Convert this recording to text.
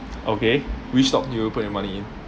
okay which stock do you put your money in